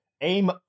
aim